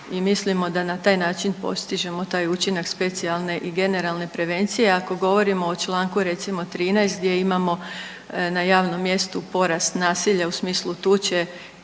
mislimo da na taj način postižemo taj učinak specijalne i generalne prevencije. Ako govorimo o članku recimo 13. gdje imamo na javnom mjestu porast nasilja u smislu tuče